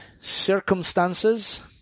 circumstances